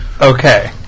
okay